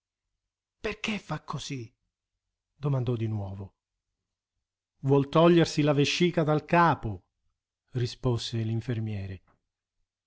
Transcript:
perché fa così domandò di nuovo vuol togliersi la vescica dal capo rispose l'infermiere